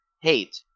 hate